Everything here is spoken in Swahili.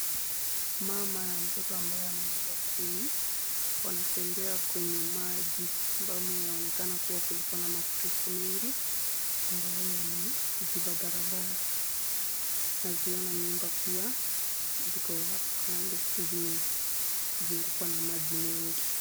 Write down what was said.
Mama na mtoto ambaye amebeba kuni, wanatembea kwenye maji ambamo yaonekana kuwa kulikuwa na mafuriko mengi ambayo yameziba barabara. Naziona nyumba pia ziko hapo kando zimezungukwa na maji mengi.